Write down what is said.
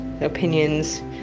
opinions